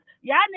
y'all